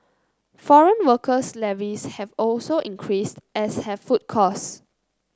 foreign worker levies have also increased as have food costs